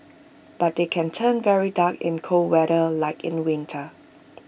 but they can turn very dark in cold weather like in the winter